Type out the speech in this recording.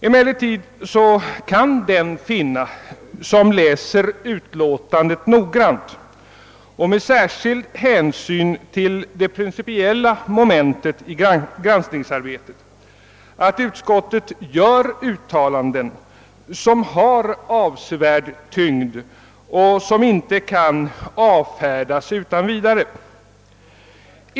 Emellertid kan den finna som läser memorialet noggrant och med särskilt avseende på de principiella momenten i granskningsarbetet att utskottet gör uttalanden som har avsevärd tyngd och som inte kan avfärdas utan vidare.